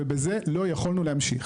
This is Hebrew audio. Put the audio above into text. ובזה לא יכולנו להמשיך.